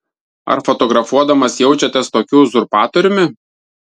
ar fotografuodamas jaučiatės tokiu uzurpatoriumi